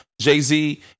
Jay-Z